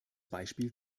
beispiel